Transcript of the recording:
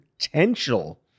potential